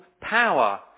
power